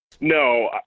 No